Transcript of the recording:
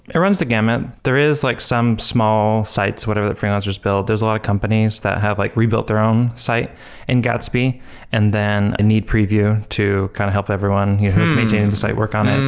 it runs the gamut. there is like some small sites, whatever, that freelancers build. there are a lot of companies that have like rebuilt their own site in gatsby and then need preview to kind of help everyone maintaining the site work on it.